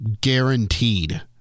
guaranteed